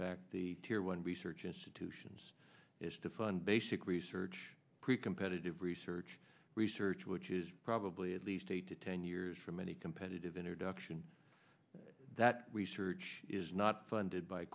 fact the tier one research institutions is to fund basic research pre competitive research research which is probably at least eight to ten years from any competitive introduction that research is not funded by